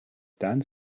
tan